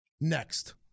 Next